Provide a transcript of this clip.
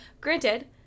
Granted